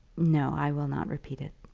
no i will not repeat it.